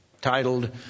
titled